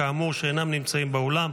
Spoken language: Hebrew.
שכאמור אינם נמצאים באולם,